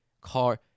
car